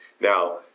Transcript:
Now